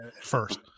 first